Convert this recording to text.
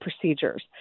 procedures